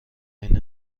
عین